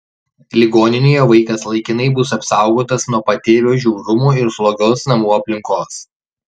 ligoninėje vaikas laikinai bus apsaugotas nuo patėvio žiaurumo ir slogios namų aplinkos